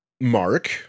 Mark